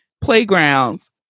playgrounds